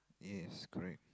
yes correct